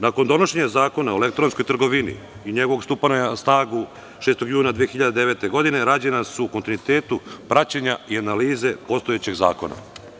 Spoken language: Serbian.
Nakon donošenja Zakona o elektronskoj trgovini i njegovog stupanja na snagu 6. juna 2009. godine, rađena su u kontinuitetu praćenja i analize postojećeg zakona.